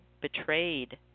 betrayed